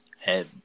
head